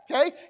okay